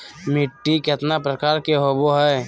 मिट्टी केतना प्रकार के होबो हाय?